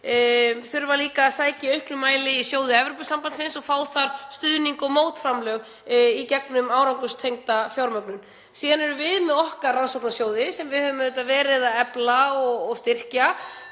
þurfa líka að sækja í auknum mæli í sjóði Evrópusambandsins og fá þar stuðning og mótframlög í gegnum árangurstengda fjármögnun. Síðan erum við með okkar rannsóknasjóði sem við höfum auðvitað verið að efla og styrkja.